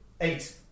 Eight